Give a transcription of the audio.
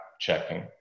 checking